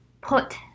put